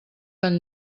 tan